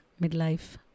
midlife